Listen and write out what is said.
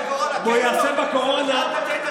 הוא יעסוק בקורונה, כן או לא.